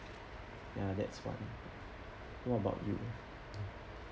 ya that's one what about you